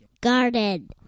Garden